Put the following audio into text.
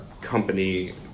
company